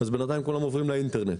אז בינתיים כולם עוברים לאינטרנט.